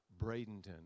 Bradenton